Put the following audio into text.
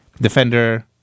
defender